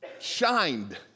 shined